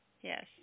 Yes